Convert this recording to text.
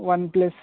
one plus